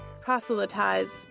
proselytize